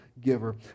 giver